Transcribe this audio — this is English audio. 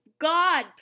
God